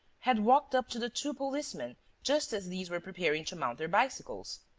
had walked up to the two policemen just as these were preparing to mount their bicycles.